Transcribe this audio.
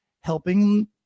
helping